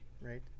right